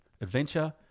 adventure